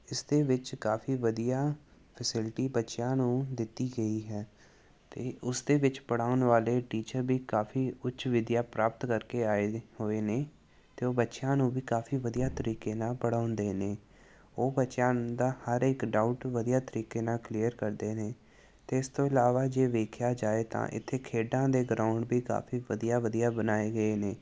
ਇਸਦੇ ਵਿੱਚ ਕਾਫੀ ਵਧੀਆ ਫੈਸਿਲਿਟੀ ਬੱਚਿਆਂ ਨੂੰ ਦਿੱਤੀ ਗਈ ਹੈ ਅਤੇ ਉਸ ਦੇ ਵਿੱਚ ਪੜ੍ਹਾਉਣ ਵਾਲੇ ਟੀਚਰ ਵੀ ਕਾਫੀ ਉੱਚ ਵਿੱਦਿਆ ਪ੍ਰਾਪਤ ਕਰਕੇ ਆਏ ਹੋਏ ਨੇ ਅਤੇ ਉਹ ਬੱਚਿਆਂ ਨੂੰ ਵੀ ਕਾਫੀ ਵਧੀਆ ਤਰੀਕੇ ਨਾਲ ਪੜ੍ਹਾਉਂਦੇ ਨੇ ਉਹ ਬੱਚਿਆਂ ਦਾ ਹਰ ਇੱਕ ਡਾਊਟ ਵਧੀਆ ਤਰੀਕੇ ਨਾਲ ਕਲੀਅਰ ਕਰਦੇ ਨੇ ਅਤੇ ਇਸ ਤੋਂ ਇਲਾਵਾ ਜੇ ਵੇਖਿਆ ਜਾਏ ਤਾਂ ਇੱਥੇ ਖੇਡਾਂ ਦੇ ਗਰਾਊਂਡ ਵੀ ਕਾਫੀ ਵਧੀਆ ਵਧੀਆ ਬਣਾਏ ਗਏ ਨੇ